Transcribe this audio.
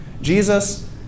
Jesus